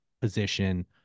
position